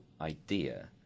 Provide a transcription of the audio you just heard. idea